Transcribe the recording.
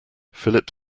philip